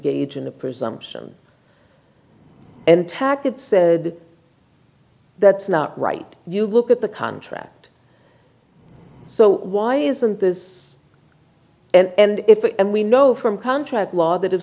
gauge in the presumption and tack it said that's not right you look at the contract so why isn't this and if and we know from contract law that if